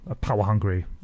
power-hungry